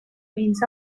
means